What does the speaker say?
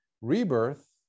Rebirth